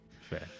Fair